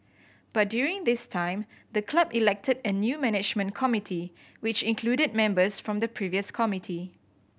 but during this time the club elected a new management committee which included members from the previous committee